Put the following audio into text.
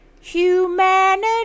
Humanity